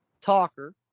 talker